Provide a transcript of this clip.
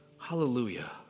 Hallelujah